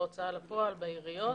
בהוצאה לפועל בעיריות,